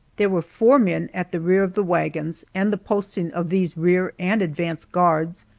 there were four men at the rear of the wagons, and the posting of these rear and advance guards,